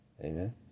Amen